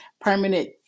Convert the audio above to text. permanent